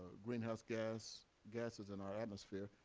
greenhouse gases gases in our atmosphere,